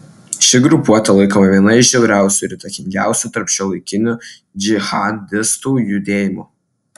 ši grupuotė laikoma viena iš žiauriausių ir įtakingiausių tarp šiuolaikinių džihadistų judėjimų